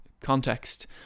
context